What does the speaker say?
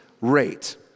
rate